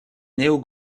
néo